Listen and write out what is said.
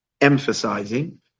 emphasizing